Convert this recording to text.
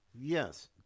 yes